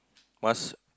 must